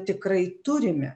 tikrai turime